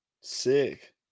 sick